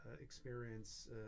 experience